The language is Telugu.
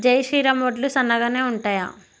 జై శ్రీరామ్ వడ్లు సన్నగనె ఉంటయా?